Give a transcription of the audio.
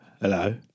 Hello